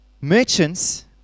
Merchants